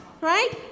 right